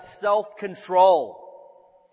self-control